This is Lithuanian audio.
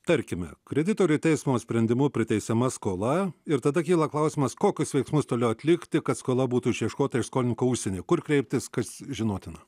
tarkime kreditoriui teismo sprendimu priteisiama skola ir tada kyla klausimas kokius veiksmus toliau atlikti kad skola būtų išieškota iš skolininko užsienyje kur kreiptis kas žinotina